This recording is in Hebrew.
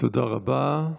תודה רבה.